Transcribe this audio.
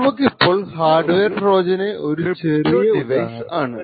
നമുക്കിപ്പോൾ hardware ട്രോജന്റെ ഒരു ചെറിയ ഉദാഹരണം എടുക്കാം